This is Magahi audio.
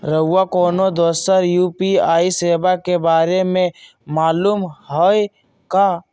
रउरा कोनो दोसर यू.पी.आई सेवा के बारे मे मालुम हए का?